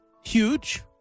Huge